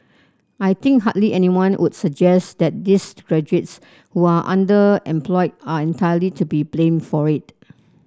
I think hardly anyone would suggest that these graduates who are underemployed are entirely to be blamed for it